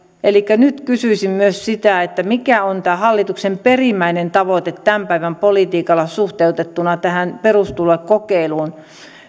elikkä nyt kysyisin myös sitä mikä on tämän hallituksen perimmäinen tavoite tämän päivän politiikalla suhteutettuna tähän perustulokokeiluun